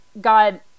God